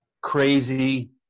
crazy